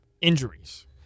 injuries